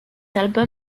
album